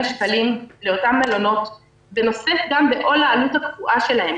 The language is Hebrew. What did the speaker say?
שקלים לאותם מלונות ונושאת גם בעול העלות הקבועה שלהם,